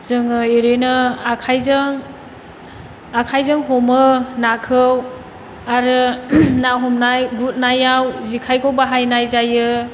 जोङो ओरैनो आखायजों आखायजों हमो नाखौ आरो ना हमनाय गुरनायाव जेखायखौ बाहायनाय जायो